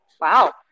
Wow